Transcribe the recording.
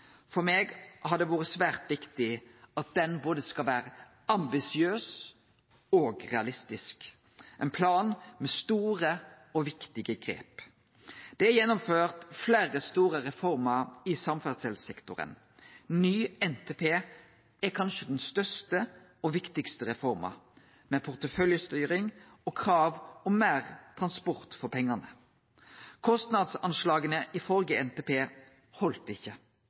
For meg har det vore svært viktig at han skal vere både ambisiøs og realistisk – ein plan med store og viktige grep. Det er gjennomført fleire store reformer i samferdselssektoren. Ny NTP er kanskje den største og viktigaste reforma – med porteføljestyring og krav om meir transport for pengane. Kostnadsanslaga i førre NTP heldt ikkje.